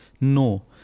No